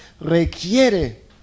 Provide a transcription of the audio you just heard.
requiere